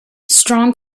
strong